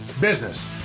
business